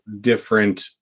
different